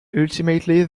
ultimately